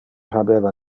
habeva